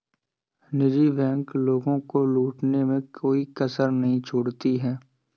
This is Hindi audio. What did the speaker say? निजी बैंक लोगों को लूटने में कोई कसर नहीं छोड़ती है